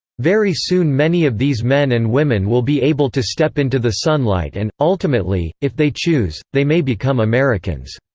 very soon many of these men and women will be able to step into the sunlight and, ultimately, if they choose, they may become americans.